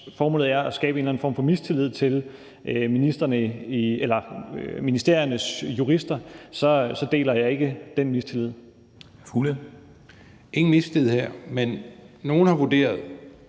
formålet er at skabe en eller anden form for mistillid til ministeriernes jurister, deler jeg ikke den mistillid. Kl. 13:41 Formanden (Henrik